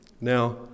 Now